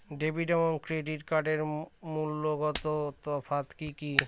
Debit এবং credit কার্ডের মূলগত তফাত কি কী?